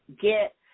get